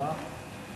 הא?